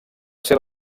ser